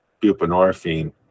buprenorphine